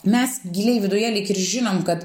mes giliai viduje lyg ir žinom kad